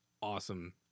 awesome